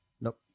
Nope